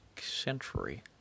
century